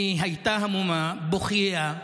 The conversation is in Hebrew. היא הייתה המומה, בוכייה.